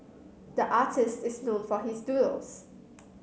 the artists is known for his doodles